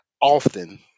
often